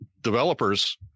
Developers